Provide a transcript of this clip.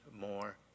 more